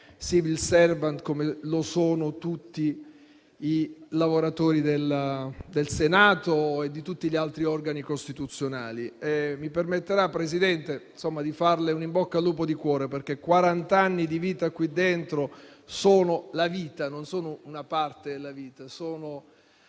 *civil servant*, come lo sono tutti i lavoratori del Senato e di tutti gli altri organi costituzionali. Mi permetterà, Presidente, di farle un in bocca al lupo di cuore, perché quarant'anni di vita qui dentro non sono una parte della vita, ma